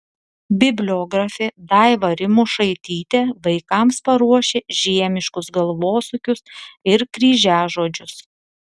bibliografė daiva rimošaitytė vaikams paruošė žiemiškus galvosūkius ir kryžiažodžius